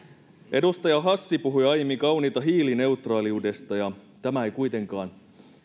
edustaja hassi puhui aiemmin kauniita hiilineutraaliudesta ja tämä ei kuitenkaan